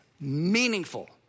meaningful